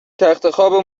تختخواب